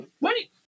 Wait